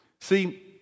See